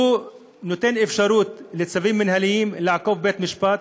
הוא נותן אפשרות לצווים מינהליים לעקוף בית-משפט,